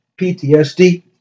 ptsd